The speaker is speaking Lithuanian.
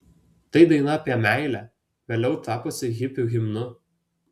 tai daina apie meilę vėliau tapusi hipių himnu